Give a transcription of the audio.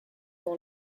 dans